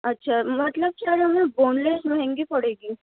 اچھا مطلب سر ہمیں بون لیس مہنگی پڑے گی